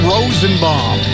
Rosenbaum